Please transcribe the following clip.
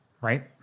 right